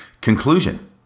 Conclusion